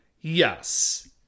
Yes